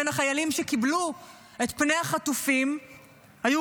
בין החיילים שקיבלו את פני החטופות היו